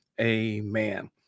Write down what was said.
Amen